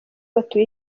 batuye